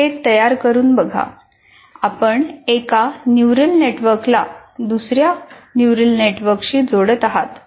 हे तयार करून आपण एका न्यूरल नेटवर्कला दुसर्या न्यूरल नेटवर्कशी जोडत आहात